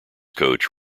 coach